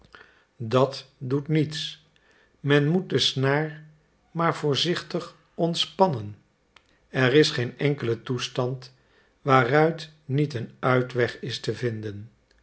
dat doet niets men moet de snaar maar voorzichtig ontspannen er is geen enkele toestand waaruit niet een uitweg is te vinden